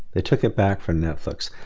they took it back from netflix.